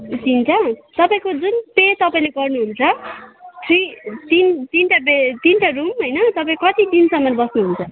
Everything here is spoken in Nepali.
ए तिनवटा तपाईँको जुन पे तपाईँले गर्नुहुन्छ थ्री तिन तिनवटा बेड तिनवटा रुम होइन तपाईँ कति दिनसम्म बस्नुहुन्छ